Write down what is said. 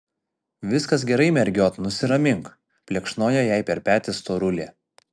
viskas gerai mergiot nusiramink plekšnojo jai per petį storulė